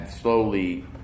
slowly